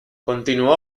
continuó